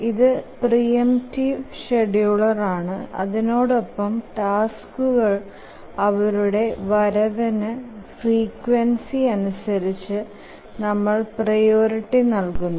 ഇതു preemptive scheduler ആണ് അതിനോടൊപ്പം ടാസ്കുകളിക് അവരുടെ വരവിന്റെ ഫ്രീക്യുൻസി അനുസരിച്ചു നമ്മൾ പ്രിയോറിറ്റി നൽകുന്നു